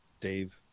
Dave